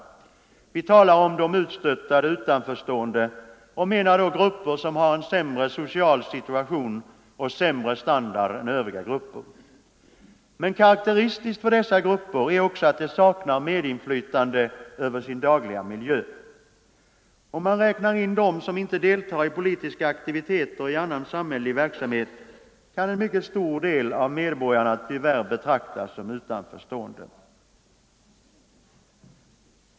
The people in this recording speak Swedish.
Vi talar om de utstötta, de utanförstående och menar då grupper som har en sämre social situation och en sämre standard än övriga grupper. Men karakteristiskt för dessa grupper är också att de saknar medinflytande över sin dagliga miljö. Om man räknar in dem som inte deltar i politiska aktiviteter eller i annan samhällelig verksamhet, kan en mycket stor del av medborgarna tyvärr betraktas som utanförstående.